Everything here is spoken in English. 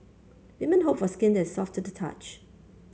women hope for skin that is soft to touch